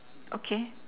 okay